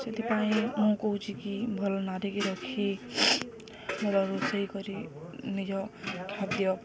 ସେଥିପାଇଁ ମୁଁ କହୁଚି କିି ଭଲ ନାରୀ ରଖି ଭଲ ରୋଷେଇ କରି ନିଜ ଖାଦ୍ୟ